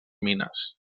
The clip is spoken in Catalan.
mines